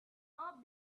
all